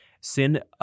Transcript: sin